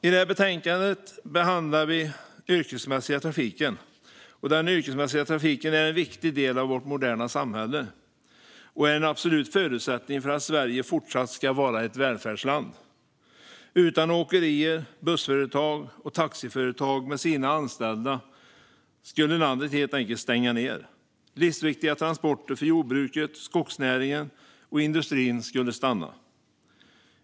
I det här betänkandet behandlar vi den yrkesmässiga trafiken. Den yrkesmässiga trafiken är en viktig del av vårt moderna samhälle och är en absolut förutsättning för att Sverige fortsatt ska vara ett välfärdsland. Utan åkerier, bussföretag och taxiföretag med sina anställda skulle landet helt enkelt stänga ned. Livsviktiga transporter för jordbruket, skogsnäringen och industrin skulle stanna.